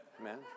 amen